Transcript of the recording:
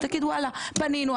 ותגיד פנינו,